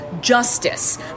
justice